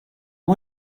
are